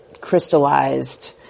crystallized